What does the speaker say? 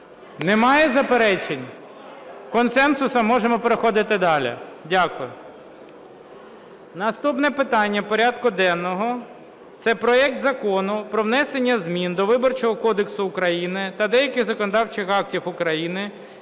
Немає заперечень? Консенсусом можемо переходити далі. Дякую. Наступне питання порядку денного – це проект Закону про внесення змін до Виборчого кодексу України та деяких законодавчих актів України